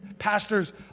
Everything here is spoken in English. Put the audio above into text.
pastors